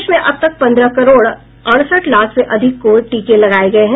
देश में अब तक पंद्रह करोड अड़सठ लाख से अधिक कोविड टीके लगाए गए हैं